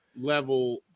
level